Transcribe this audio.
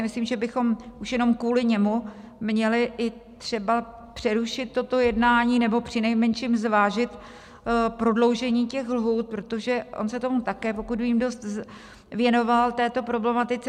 Myslím, že bychom už jenom kvůli němu měli i třeba přerušit toto jednání nebo přinejmenším zvážit prodloužení lhůt, protože on se tomu, pokud vím, také dost věnoval, této problematice.